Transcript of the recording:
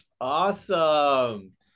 Awesome